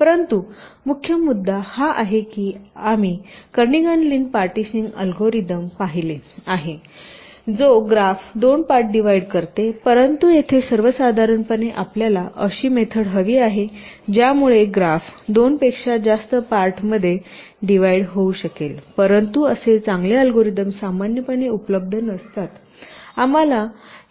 परंतु मुख्य मुद्दा हा आहे की आम्ही करणीघन लीन पार्टीशनिंग अल्गोरिदम पाहिले आहेजो ग्राफ दोन पार्ट डिव्हाईड करतेपरंतु येथे सर्वसाधारणपणे आपल्याला अशी मेथड हवी आहे ज्यामुळे ग्राफ दोनपेक्षा जास्त पार्टमध्ये डिव्हाईड शकेल परंतु असे चांगले अल्गोरिदम सामान्यपणे उपलब्ध नसतात आम्हाला